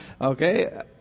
okay